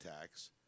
tax